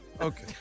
Okay